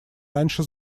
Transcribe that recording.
раньше